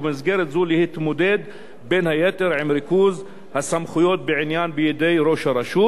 ובמסגרת זו להתמודד בין היתר עם ריכוז הסמכויות בעניין בידי ראש הרשות